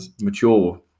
mature